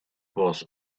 was